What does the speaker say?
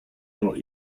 not